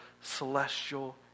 celestial